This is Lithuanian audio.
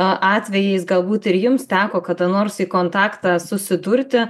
atvejais galbūt ir jums teko kada nors į kontaktą susidurti